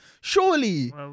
surely